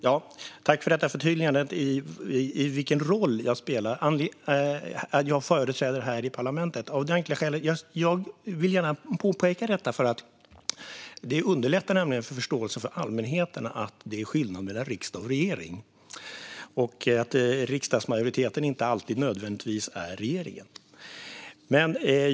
Fru talman! Tack, ledamoten, för förtydligandet om vilken roll jag spelar och vem jag företräder här i parlamentet! Jag vill gärna påpeka vilken roll jag har för att det underlättar för förståelsen hos allmänheten för att det är skillnad mellan riksdag och regering och att riksdagsmajoriteten inte alltid nödvändigtvis är regeringen.